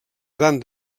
gran